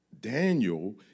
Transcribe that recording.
Daniel